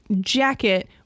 jacket